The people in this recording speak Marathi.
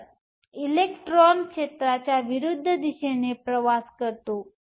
तर इलेक्ट्रॉन क्षेत्राच्या विरुद्ध दिशेने प्रवास करतो